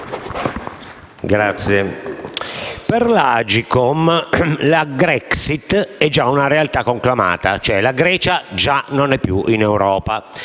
Presidente, per l'Agcom la Grexit è già una realtà conclamata, cioè la Grecia già non è più in Europa,